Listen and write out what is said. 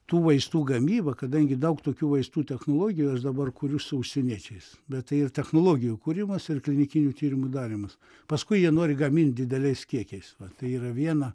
tų vaistų gamyba kadangi daug tokių vaistų technologijos dabar kuriu su užsieniečiais bet tai ir technologijų kūrimas ir klinikinių tyrimų darymas paskui jie nori gamint dideliais kiekiais va tai yra viena